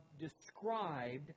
described